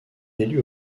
élu